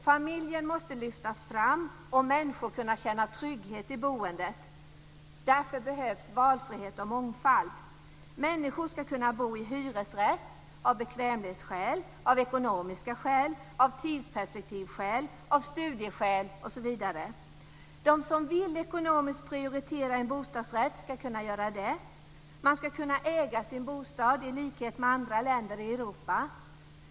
Familjen måste lyftas fram, och människor måste kunna känna trygghet i boendet. Därför behövs valfrihet och mångfald. Människor ska kunna bo i hyresrätt av bekvämlighetsskäl, ekonomiska skäl, tidsperspektivskäl, studieskäl osv. De som ekonomiskt vill prioritera en bostadsrätt ska kunna göra det. Man ska kunna äga sin bostad i likhet med hur det är i andra länder i Europa.